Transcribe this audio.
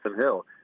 Hill